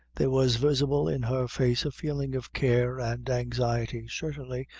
there was visible in her face a feeling of care and anxiety certainly,